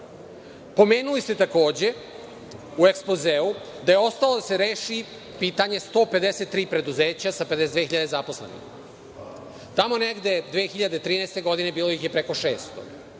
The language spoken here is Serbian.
desila. Pomenuli ste takođe u ekspozeu da je ostalo da se reši pitanje 153 preduzeća sa 52 hiljade zaposlenih. Tamo negde 2013. godine bilo ih je preko 600,